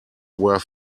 were